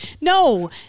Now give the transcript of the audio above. No